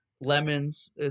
Lemons